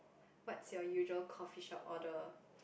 what's your usual coffee-shop order